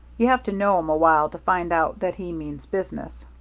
you have to know him a while to find out that he means business.